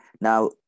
now